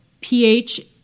pH